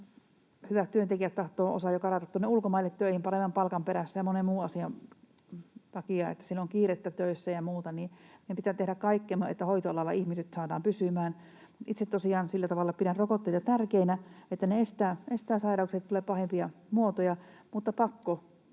hyvistä työntekijöistä tahtoo jo karata tuonne ulkomaille töihin paremman palkan perässä ja monen muun asian takia, kun siellä on kiirettä töissä ja muuta, niin meidän pitää tehdä kaikkemme, että hoitoalalla ihmiset saadaan pysymään. Itse tosiaan sillä tavalla pidän rokotteita tärkeinä, että ne estävät sairauksia, ettei tule pahempia muotoja,